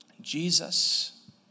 Jesus